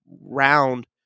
round